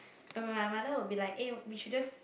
but my mother would be like eh we should just